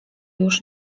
już